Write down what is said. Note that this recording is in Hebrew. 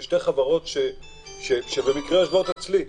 יש שתי חברות שבמקרה יושבות אצלי,